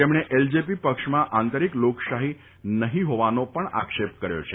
તેમણે એલજેપી પક્ષમાં આંતરીક લોકશાફી નફીં ફોવાનો પણ આક્ષેપ કર્યો છે